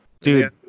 Dude